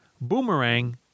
Boomerang